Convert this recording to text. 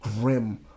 grim